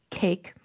cake